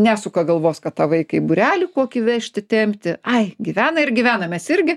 nesuka galvos kad tą vaiką į būrelį kokį vežti tempti ai gyvena ir gyvena mes irgi